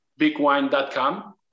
bigwine.com